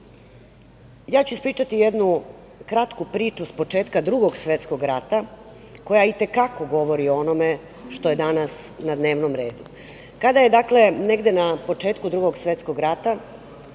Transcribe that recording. države. Ispričaću jednu kratku priču s početka Drugog svetskog rata koje i te kako govori o onome što je danas na dnevnom redu. Dakle, kada je negde na početku Drugog svetskog rata